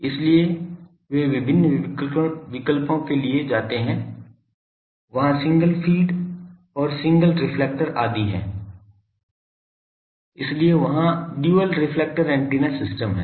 इसलिए वे विभिन्न विकल्पों के लिए जाते हैं वहाँ सिंगल फ़ीड और सिंगल रिफ्लेक्टर आदि हैं इसलिए वहाँ ड्यूल रिफ्लेक्टर ऐन्टेना सिस्टम है